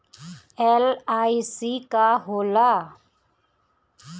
LIC का होला?